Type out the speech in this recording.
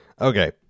Okay